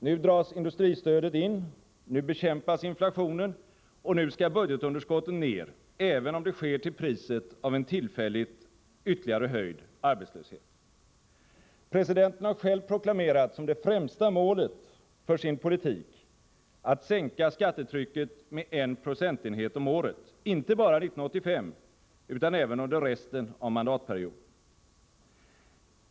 Nu dras industristödet in, nu bekämpas inflationen och nu skall budgetunderskottet ner, även om det sker till priset av en tillfälligt ytterligare höjd arbetslöshet. Presidenten har själv proklamerat som det främsta målet för sin politik att sänka skattetrycket med 1 procentenhet om året, inte bara 1985 utan även under resten av mandatperioden.